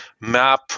map